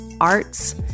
arts